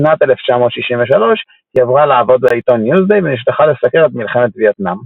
בשנת 1963 היא עברה לעבוד בעיתון ניוזדיי ונשלחה לסקר את מלחמת וייטנאם.